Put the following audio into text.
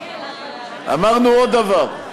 אמרנו עוד דבר.